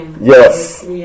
Yes